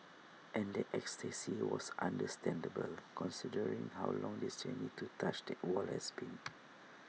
and that ecstasy was understandable considering how long this journey to touch that wall has been